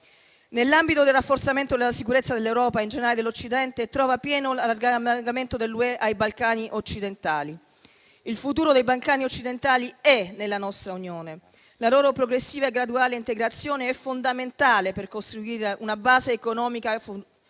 Nell'ambito del rafforzamento della sicurezza dell'Europa e in generale dell'Occidente si situa a pieno l'allargamento dell'Unione europea ai Balcani occidentali. Il futuro dei Balcani occidentali è nella nostra Unione; la loro progressiva e graduale integrazione è fondamentale per costruire una base economica futura comune.